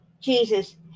Jesus